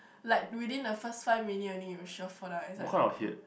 like within the first five minute only you sure fall down inside the pool